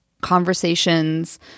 conversations